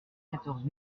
quatorze